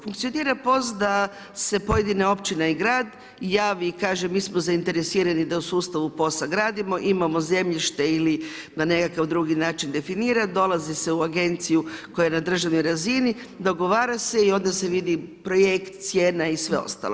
Funkcionira POS da se pojedine općine i grad, javi i kaže mi smo zainteresirani da u sustavu POS-a gradimo, imamo zemljište ili na nekakav drugi način definirati, dolazi se u agenciju koja je na državnoj razini, dogovara se i onda se vidi projekt cijena i sve ostalo.